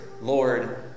Lord